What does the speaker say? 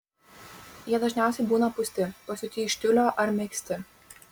jie dažniausiai būna pūsti pasiūti iš tiulio ar megzti